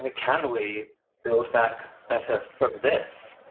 and can we build back better from this?